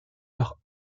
leur